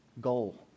goal